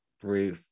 three